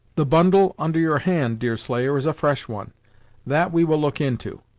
the bundle under your hand, deerslayer, is a fresh one that we will look into.